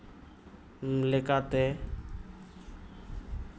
ᱞᱮᱠᱟᱛᱮ